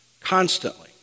Constantly